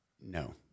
no